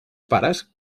pares